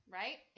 right